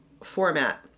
format